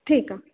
ठीकु आहे